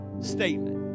statement